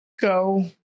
go